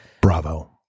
Bravo